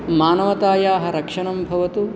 मानवतायाः रक्षणं भवतु